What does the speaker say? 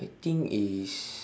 I think is